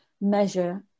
measure